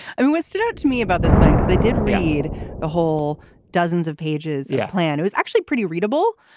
i mean what stood out to me about this thing they did read the whole dozens of pages yet plan was actually pretty readable.